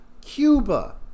Cuba